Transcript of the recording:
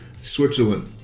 Switzerland